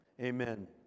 Amen